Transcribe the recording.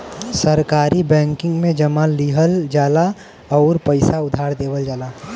सहकारी बैंकिंग में जमा लिहल जाला आउर पइसा उधार देवल जाला